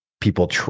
people